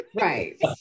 Right